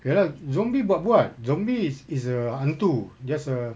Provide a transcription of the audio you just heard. ya lah zombie buat buat zombie is is a hantu just a